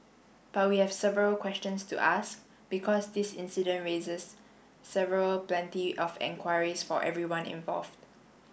but we have several questions to ask because this incident raises several plenty of enquiries for everyone involved